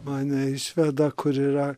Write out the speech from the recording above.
mane išveda kur yra